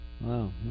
wow